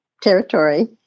territory